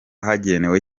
hagendewe